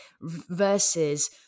versus